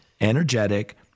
energetic